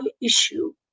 issue